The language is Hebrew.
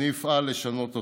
אני אפעל לשנות אותה.